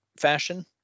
fashion